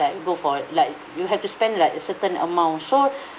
like you go for like you have to spend like a certain amount so